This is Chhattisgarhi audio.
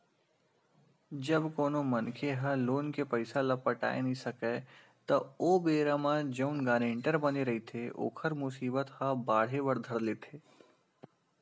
जब कोनो मनखे ह लोन के पइसा ल पटाय नइ सकय त ओ बेरा म जउन गारेंटर बने रहिथे ओखर मुसीबत ह बाड़हे बर धर लेथे